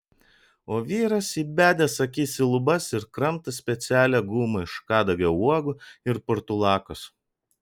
o vyras įbedęs akis į lubas ir kramto specialią gumą iš kadagio uogų ir portulakos